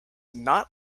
not